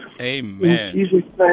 amen